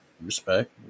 Respect